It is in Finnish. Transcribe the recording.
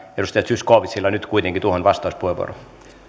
edustaja zyskowiczilla nyt kuitenkin tuohon vastauspuheenvuoro